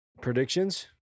predictions